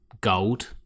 gold